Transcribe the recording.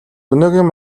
өнөөгийн